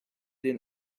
den